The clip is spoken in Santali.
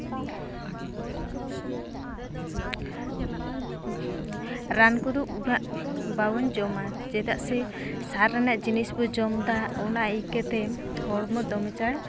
ᱨᱟᱱ ᱠᱚᱫᱚ ᱩᱱᱟᱹᱜ ᱵᱟᱵᱚᱱ ᱡᱚᱢᱟ ᱪᱮᱫᱟᱜ ᱥᱮ ᱥᱟᱨ ᱨᱮᱱᱟᱜ ᱡᱤᱱᱤᱥ ᱵᱚ ᱡᱚᱢᱮᱫᱟ ᱚᱱᱟ ᱟᱹᱭᱠᱟᱹ ᱛᱮ ᱦᱚᱲᱢᱚ ᱫᱚᱢᱮ ᱪᱟᱲ